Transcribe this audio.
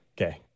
Okay